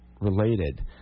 related